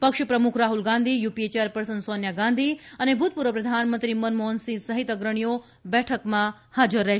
પક્ષપ્રમુખ Rahul Gandhi UPA chairperson Sonia Gandhi અને ભૂતપૂર્વ પ્રધાનમંત્રી મનમોહનસિંહ સહિત અપ્રણીઓ બેઠકમાં હાજર રહેશે